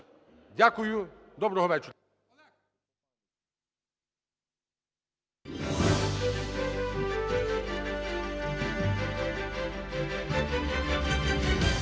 Дякую. Доброго вечора.